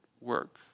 work